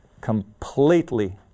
completely